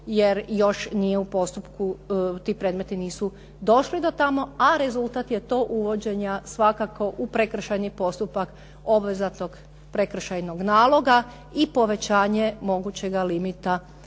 jer još nije u postupku, ti predmeti nisu došli do tamo, a rezultat je to uvođenja svakako u prekršajni postupak obvezatnog prekršajnog naloga i povećanje mogućega limita za